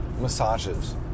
massages